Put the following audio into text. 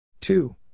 two